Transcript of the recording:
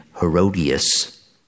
Herodias